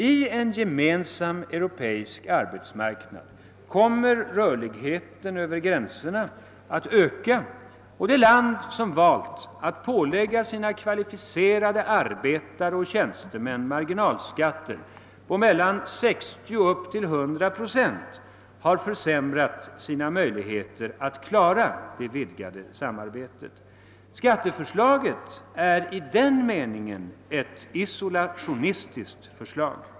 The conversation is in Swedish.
I en gemensam europeisk arbetsmarknad kommer rörligheten över gränserna att öka, och det land som valt att pålägga sina kvalificerade arbetare och tiänstemän marginalskatter på mellan 60 och 100 procent har försämrat sina möjligheter att klara det vidgade samarbetet. Skatteförslaget är i den meningen ett isolationistiskt förslag.